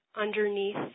underneath